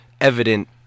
evident